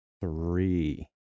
three